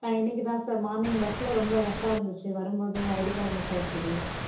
இன்றைக்குத்தான் sir morning பஸ்சில் ரொம்ப ரஷ்ஷாக இருந்துச்சு வரும்போது ஐடி கார்டு மிஸ் ஆகிடிச்சு சார்